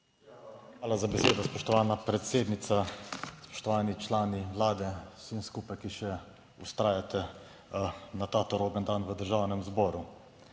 Hvala za besedo, spoštovana predsednica. Spoštovani člani Vlade, vsi skupaj, ki še vztrajate na ta turoben dan v Državnem zboru.